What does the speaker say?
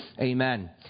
Amen